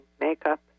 makeup